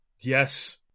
Yes